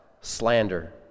slander